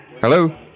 Hello